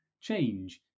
change